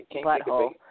butthole